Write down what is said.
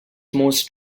most